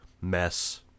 mess